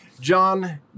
John